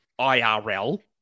IRL